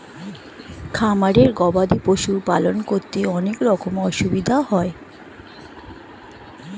খামারে গবাদি পশুর পালন করতে অনেক রকমের অসুবিধা হয়